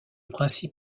principe